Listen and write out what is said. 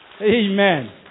Amen